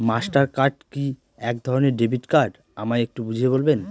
Master card কি একধরণের debit card আমায় একটু বুঝিয়ে বলবেন?